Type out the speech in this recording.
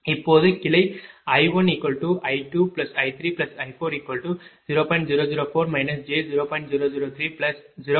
இப்போது கிளை I1i2i3i40